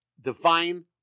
divine